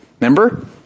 Remember